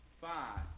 five